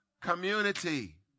community